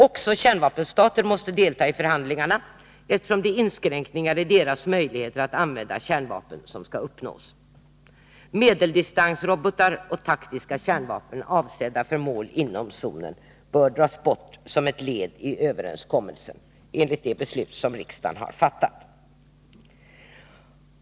Också kärnvapenstater måste delta i förhandlingarna, eftersom det är inskränkningar i deras möjligheter att använda kärnvapen som skall uppnås. Medeldistansrobotar och taktiska kärnvapen, avsedda för mål inom zonen, bör dras bort som ett led i överenskommelsen enligt det beslut som riksdagen har fattat.